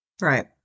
Right